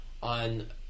On